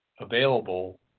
available